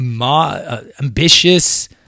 ambitious